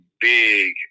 big